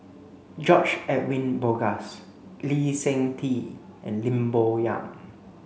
George Edwin Bogaars Lee Seng Tee and Lim Bo Yam